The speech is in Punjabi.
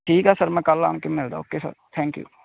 ਠੀਕ ਆ ਸਰ ਮੈਂ ਕੱਲ੍ਹ ਆ ਕੇ ਮਿਲਦਾ ਓਕੇ ਸਰ ਥੈਂਕ ਯੂ